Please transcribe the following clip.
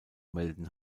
melden